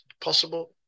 possible